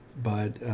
but,